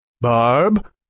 Barb